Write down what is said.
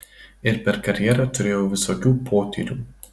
ir per karjerą turėjau visokių potyrių